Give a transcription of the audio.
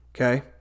Okay